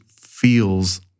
feels